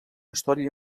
història